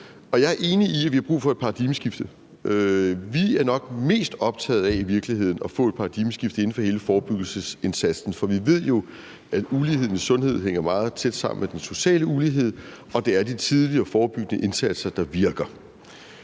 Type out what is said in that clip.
jeg er enig i, at vi har brug for et paradigmeskifte, og vi er i virkeligheden nok mest optagede af at få et paradigmeskifte inden for hele forebyggelsesindsatsen. For vi ved jo, at uligheden i sundhed hænger meget tæt sammen med den sociale ulighed, og at det er de tidlige og forebyggende indsatser, der virker,